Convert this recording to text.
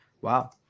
Wow